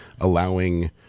allowing